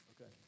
Okay